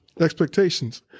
Expectations